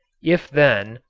if, then,